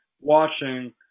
watching